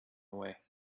away